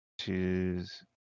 Choose